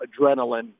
adrenaline